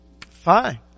fine